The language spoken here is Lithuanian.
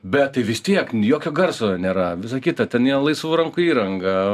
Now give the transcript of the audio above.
bet tai vis tiek jokio garso nėra visa kita ten yra laisvų rankų įranga